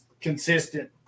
consistent